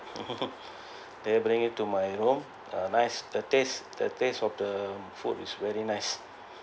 they bring it to my room uh nice the tastes the taste of the food is very nice